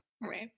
Right